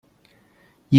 对于